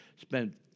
spent